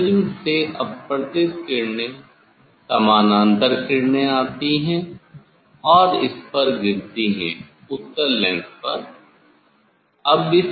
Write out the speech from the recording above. prism से अपवर्तित किरणें समानांतर किरणें आती है और इस पर गिरती हैं उत्तल लेंस पर